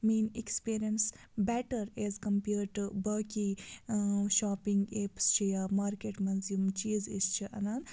میٲنۍ experience better is compared to باقٕے shopping apps چھِ یا مارکٮ۪ٹ مَنٛز یِم چیٖز أسۍ چھِ اَنان